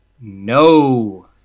No